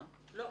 לא,